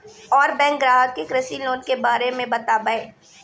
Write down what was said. और बैंक ग्राहक के कृषि लोन के बारे मे बातेबे?